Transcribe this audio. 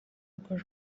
urwo